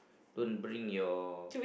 don't bring your